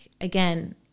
again